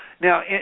Now